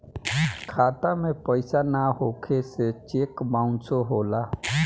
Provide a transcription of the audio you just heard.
खाता में पइसा ना होखे से चेक बाउंसो होला